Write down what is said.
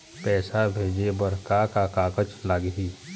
पैसा भेजे बर का का कागज लगही?